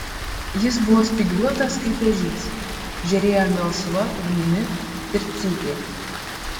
jis buvo spygliuotas kaip ežys žėrėjo melsva ugnimi ir cypė